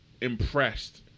impressed